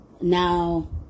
now